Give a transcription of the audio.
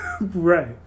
Right